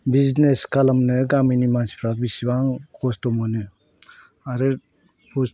business खालामनो गामिनि मानसिफ्रा बेसेबां खस्थ' मोनो आरो